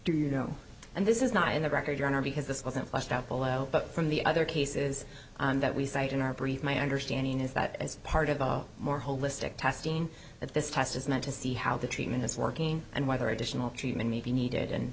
do you know and this is not in the record your honor because this wasn't fleshed out below from the other cases that we cite in our brief my understanding is that as part of the more holistic testing that this test is meant to see how the treatment is working and whether additional treatment may be needed and